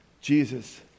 Jesus